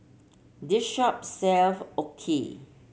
this shop sell Okayu